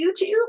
youtube